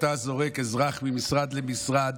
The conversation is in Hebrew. כשאתה זורק אזרח ממשרד למשרד,